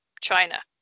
China